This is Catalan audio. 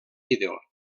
vídeo